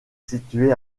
situé